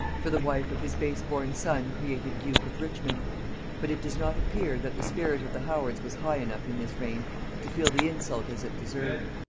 for the wife of his base-born son created duke of richmond but it does not appear that the spirit of the howards was high enough in this reign to feel the insult as it deserved.